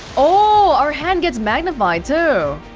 ohh, our hand gets magnified, too